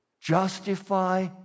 justify